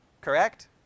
Correct